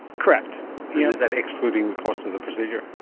correct. is that excluding the cost of the procedure?